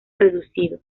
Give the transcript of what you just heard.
reducido